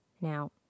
Now